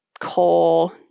coal